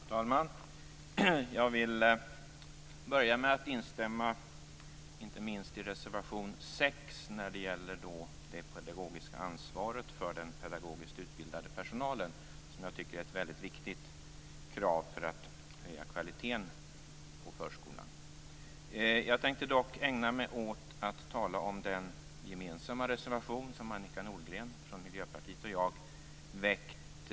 Fru talman! Jag vill börja med att instämma i reservation nr 6 när det gäller det pedagogiska ansvaret för den pedagogiskt utbildade personalen, som är ett väldigt viktigt krav för att kvaliteten på förskolorna skall kunna höjas. Jag tänkte dock ägna mig åt att tala om den reservation som Annika Nordgren från Miljöpartiet och jag gemensamt har avgett.